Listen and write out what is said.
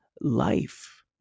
life